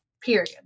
period